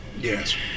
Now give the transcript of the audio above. Yes